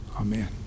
Amen